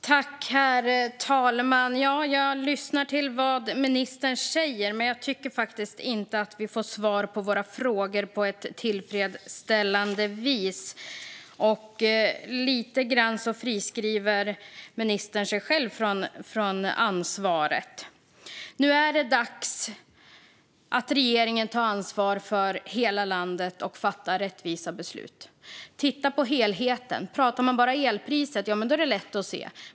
Herr talman! Jag lyssnar till vad ministern säger, men jag tycker faktiskt inte att vi får svar på våra frågor på ett tillfredsställande vis. Lite grann friskriver ministern också sig själv från ansvaret. Nu är det dags att regeringen tar ansvar för hela landet och fattar rättvisa beslut. Titta på helheten! Om man bara pratar om elpriset är det lätt att se.